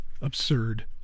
absurd